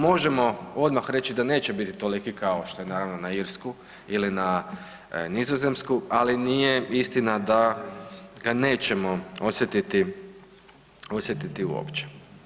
Možemo odmah reći da neće biti toliki kao što je naravno na Irsku ili na Nizozemsku, ali nije istina da ga nećemo osjetiti, osjetiti uopće.